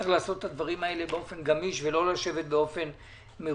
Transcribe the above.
צריך לעשות את הדברים האלה באופן גמיש ולא באופן "מרובע".